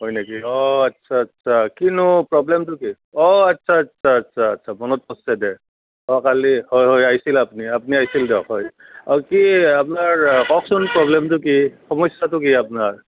হয় নেকি অঁ আচ্ছা আচ্ছা কিনো প্ৰব্লেমটো কি অ' আচ্ছা আচ্ছা আচ্ছা মনত আছে দে অঁ কালি হয় হয় আহিছিল আপুনি আপুনি আহিছিল দিয়ক হয় অঁ কি আপোনাৰ কওকচোন প্ৰব্লেমটো কি সমস্যাটো কি আপোনাৰ